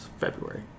February